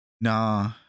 Nah